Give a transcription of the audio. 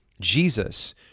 Jesus